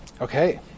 Okay